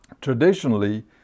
Traditionally